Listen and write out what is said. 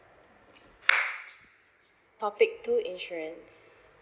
topic two insurance